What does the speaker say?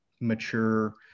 mature